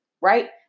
right